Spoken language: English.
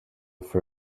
for